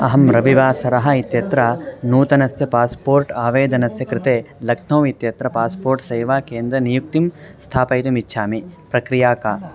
अहं रविवासरः इत्यत्र नूतनस्य पास्पोर्ट् आवेदनस्य कृते लक्नौ इत्यत्र पास्पोर्ट् सेवाकेन्द्रनियुक्तिं स्थापयितुमिच्छामि प्रक्रिया का